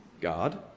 God